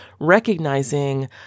recognizing